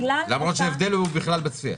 למרות שההבדל הוא בכלל בצפייה.